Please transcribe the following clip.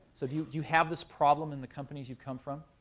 so do you you have this problem in the companies you come from,